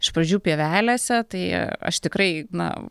iš pradžių pievelėse tai aš tikrai na